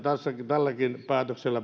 tälläkin päätöksellä